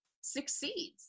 succeeds